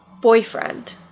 boyfriend